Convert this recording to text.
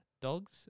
dogs